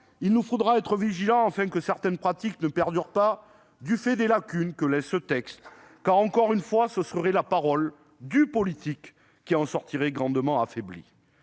il nous faudra être vigilants afin que certaines pratiques ne perdurent pas du fait des lacunes que ce texte laisse subsister ; encore une fois, la parole du politique en sortirait grandement affaiblie.